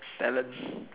talent